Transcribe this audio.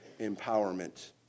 empowerment